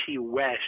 West